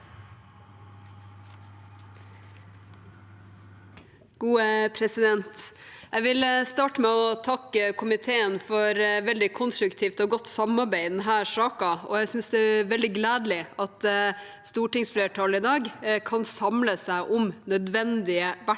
leder): Jeg vil starte med å takke komiteen for veldig konstruktivt og godt samarbeid i denne saken. Jeg synes det er veldig gledelig at stortingsflertallet i dag kan samle seg om nødvendige verktøy